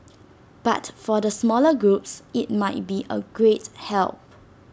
but for the smaller groups IT might be A great help